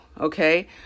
Okay